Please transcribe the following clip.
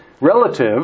relative